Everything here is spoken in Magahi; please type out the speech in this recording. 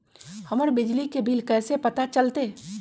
हमर बिजली के बिल कैसे पता चलतै?